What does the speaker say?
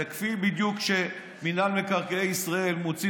זה בדיוק כפי שמינהל מקרקעי ישראל מוציא